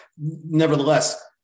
nevertheless